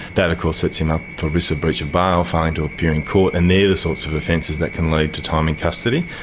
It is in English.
that of course sets him up for risk of breach of bail, failing to appear in court, and they are the sorts of offences that can lead to time in custody.